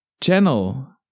channel